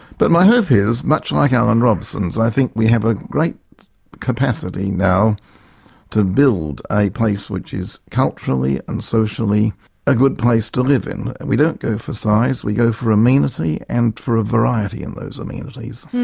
but my hope is much like alan robson's. i think we have a great capacity now to build a place which is culturally and socially a good place to live in. and we don't go for size we go for amenity and for a variety in those um amenities. and your